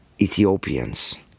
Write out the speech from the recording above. Ethiopians